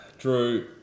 Drew